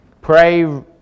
Pray